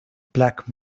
black